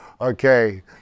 okay